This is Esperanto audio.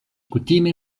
kutime